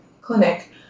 clinic